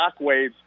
shockwaves